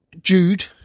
Jude